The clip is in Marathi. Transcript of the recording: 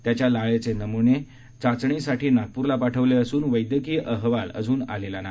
त्याच्या लाळेचे नमुने चाचणीसाठी नागपूरला पाठवले असून वैद्यकीय अहवाल अजून आलेला नाही